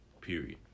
period